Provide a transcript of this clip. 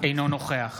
אינו נוכח